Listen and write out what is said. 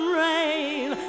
rain